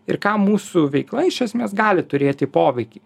ir kam mūsų veikla iš esmės gali turėti poveikį